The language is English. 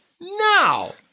now